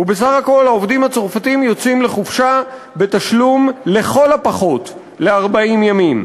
ובסך הכול העובדים הצרפתים יוצאים לחופשה בתשלום לכל הפחות ל-40 ימים.